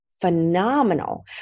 phenomenal